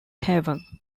haven